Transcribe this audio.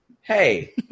hey